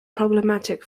problematic